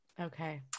Okay